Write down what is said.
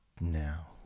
Now